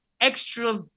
extra